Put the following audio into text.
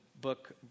book